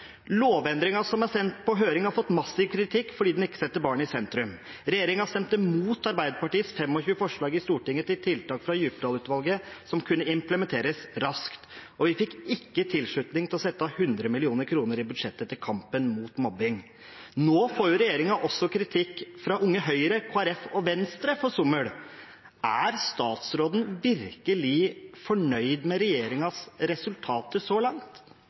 som er sendt på høring, har fått massiv kritikk fordi den ikke setter barn i sentrum. Regjeringspartiene stemte imot Arbeiderpartiets 25 forslag i Stortinget til tiltak fra Djupedal-utvalget som kunne implementeres raskt, og vi fikk ikke tilslutning til å sette av 100 mill. kr i budsjettet til kampen mot mobbing. Nå får regjeringen også kritikk fra Unge Høyre, Kristelig Folkeparti og Venstre for sommel. Er statsråden virkelig fornøyd med regjeringens resultater så langt?